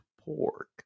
pork